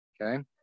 Okay